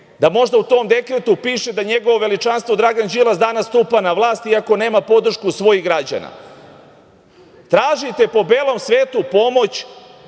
da možda u tom dekretu piše da njegovo veličanstvo Dragan Đilas danas stupa na vlast, iako nema podršku svojih građana. Tražite po belom svetu pomoć,